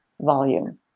volume